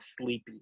sleepy